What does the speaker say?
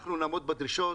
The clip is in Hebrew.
אנחנו נעמוד בדרישות.